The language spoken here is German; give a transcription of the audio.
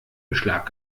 beschlag